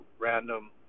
random